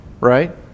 right